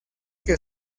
que